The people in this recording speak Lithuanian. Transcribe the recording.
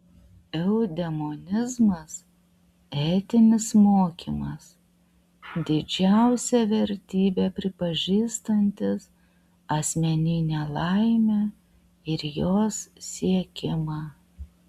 eudemonizmas etinis mokymas didžiausia vertybe pripažįstantis asmeninę laimę ir jos siekimą